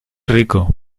rico